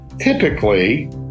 Typically